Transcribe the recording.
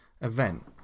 event